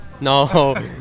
no